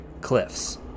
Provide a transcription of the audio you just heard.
cliffs